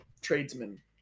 tradesman